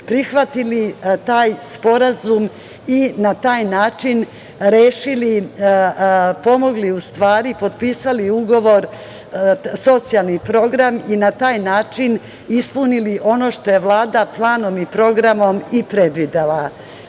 prihvatili taj sporazum i na taj način rešili, pomogli, u stvari, potpisali ugovor socijalni program i na taj način ispunili ono što je Vlada planom i programom i predvidela.Međutim,